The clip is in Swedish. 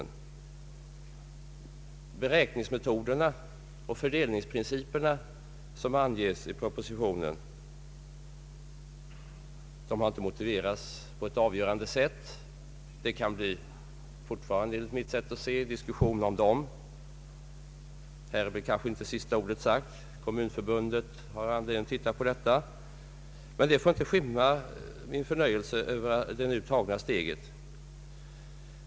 De beräkningsmetoder och fördelningsprinciper som anges i propositionen har inte motiverats på ett avgörande sätt. Det kan fortfarande enligt mitt sätt att se bli diskussion därom. Sista ordet är väl därmed kanske inte sagt. Kommunförbundet har anledning att granska det hela. Men detta får inte skymma min tillfredsställelse över det steg som nu tagits.